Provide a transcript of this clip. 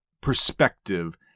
perspective